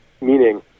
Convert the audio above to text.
Meaning